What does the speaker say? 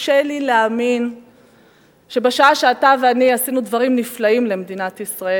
קשה לי להאמין שבשעה שאתה ואני עשינו דברים נפלאים למדינת ישראל,